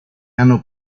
hanno